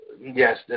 Yes